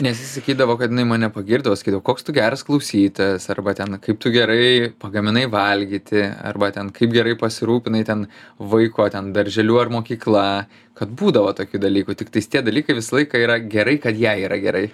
nes jis sakydavo kad jinai mane pagirdavo sakydavo koks tu geras klausytojas arba ten kaip tu gerai pagaminai valgyti arba ten kaip gerai pasirūpinai ten vaiko ten darželiu ar mokykla kad būdavo tokių dalykų tiktais tie dalykai visą laiką yra gerai kad jai yra gerai